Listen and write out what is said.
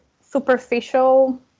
superficial